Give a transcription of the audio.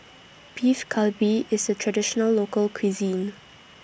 Beef Galbi IS A Traditional Local Cuisine